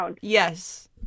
Yes